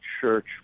church